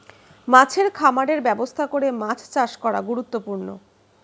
মাছের খামারের ব্যবস্থা করে মাছ চাষ করা গুরুত্বপূর্ণ